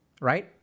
Right